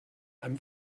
einem